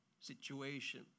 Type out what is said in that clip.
situation